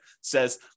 says